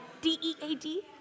D-E-A-D